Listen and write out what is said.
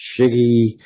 Shiggy